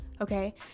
Okay